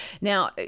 Now